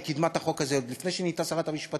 היא קידמה את החוק הזה עוד לפני שנהייתה שרת המשפטים,